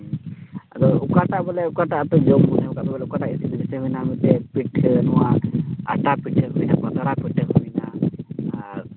ᱟᱫᱚ ᱚᱠᱟᱴᱟᱜ ᱵᱚᱞᱮ ᱚᱠᱟᱴᱟᱜ ᱟᱯᱮ ᱡᱚᱢ ᱵᱩᱡᱷᱟᱹᱣᱟᱠᱟᱜ ᱯᱮᱭᱟ ᱵᱚᱞᱮ ᱚᱠᱟᱴᱟᱜ ᱤᱥᱤᱱ ᱫᱚ ᱡᱮᱭᱥᱮ ᱢᱮᱱᱟᱜᱼᱟ ᱯᱤᱴᱷᱟᱹ ᱱᱚᱣᱟ ᱟᱴᱟ ᱯᱤᱴᱷᱟᱹ ᱦᱩᱭᱱᱟ ᱯᱟᱛᱲᱟ ᱯᱤᱴᱷᱟᱹ ᱦᱩᱭᱱᱟ